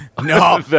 no